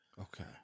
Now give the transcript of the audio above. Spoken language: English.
Okay